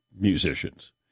musicians